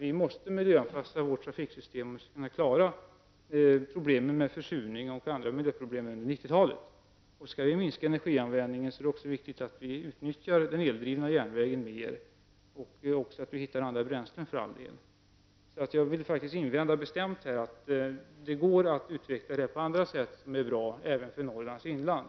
Vi måste miljöanpassa vårt trafiksystem om vi under 90-talet skall kunna klara av att lösa problemen med försurning och andra miljöproblem. Om vi skall minska energianvändningen är det också viktigt att vi i större utsträckning utnyttjar den eldrivna järnvägen, och för all del också att vi finner andra bränslen. Jag vill bestämt invända att det går att utveckla transportsystem som är bra även för Norrlands inland.